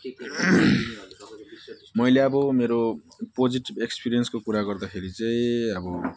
मैले अब मेरो पोजिटिव एक्सपिरियन्सको कुरा गर्दाखेरि चाहिँ अब